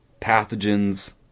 pathogens